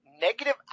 negative